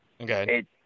okay